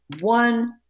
one